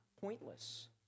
pointless